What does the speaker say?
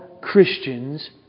Christians